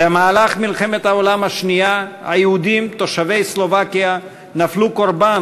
במהלך מלחמת העולם השנייה היהודים תושבי סלובקיה נפלו קורבן